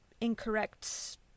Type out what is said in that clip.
incorrect